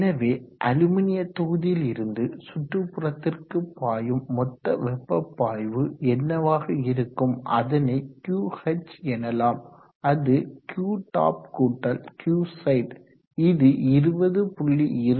எனவே அலுமினிய தொகுதியில் இருந்து சுற்றுப்புறத்திற்கு பாயும் மொத்த வெப்ப பாய்வு என்னவாக இருக்கும் அதனை QH எனலாம் அது Qtop கூட்டல் Qside இது 20